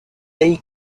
lake